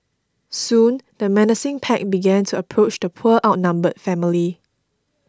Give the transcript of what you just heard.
soon the menacing pack began to approach the poor outnumbered family